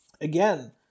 Again